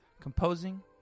composing